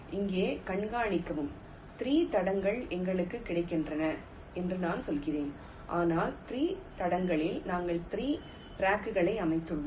இங்கே கண்காணிக்கவும் 3 தடங்கள் எங்களுக்குக் கிடைக்கின்றன என்று நான் சொல்கிறேன் ஆனால் 3 தடங்களில் நாங்கள் 3 டிரங்குகளை அமைத்துள்ளோம்